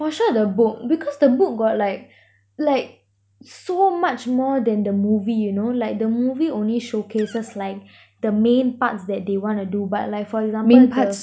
for sure the book because the book got like like so much more than the movie you know like the movie only showcases like the main parts that they wanna do but like for example the